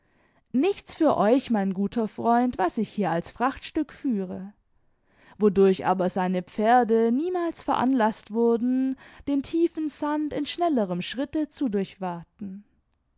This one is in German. nichts für euch mein guter freund was ich hier als frachtstück führe wodurch aber seine pferde niemals veranlaßt wurden den tiefen sand in schnellerem schritte zu durchwaten